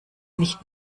nicht